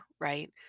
Right